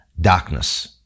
darkness